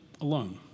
alone